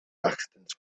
accidents